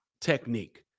technique